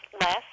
less